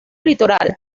litoral